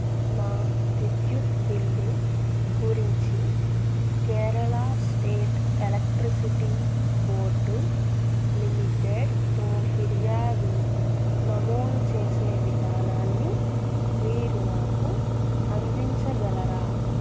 నా విద్యుత్ బిల్లు గురించి కేరళ స్టేట్ ఎలక్ట్రిసిటీ బోర్డు లిమిటెడ్తో ఫిర్యాదు నమోదు చేసే విధానాన్ని మీరు నాకు అందించగలరా